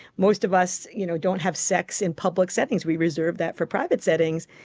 most of us you know don't have sex in public settings, we reserve that for private settings.